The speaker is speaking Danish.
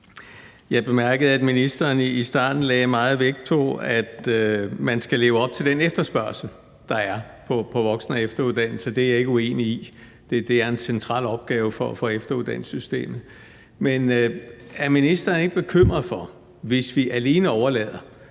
Jeg bemærkede, at ministeren i starten lagde meget vægt på, at man skal leve op til den efterspørgsel, der er på voksen- og efteruddannelse. Det er jeg ikke uenig i; det er en central opgave for efteruddannelsessystemet. Men er ministeren ikke bekymret for det, hvis vi alene bare overlader